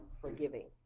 forgiving